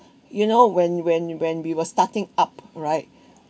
you know when when when we were starting up right